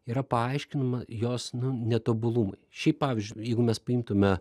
yra paaiškinama jos nu netobulumai šiaip pavyzdžiui jeigu mes priimtume